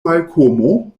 malkomo